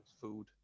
food